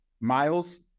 miles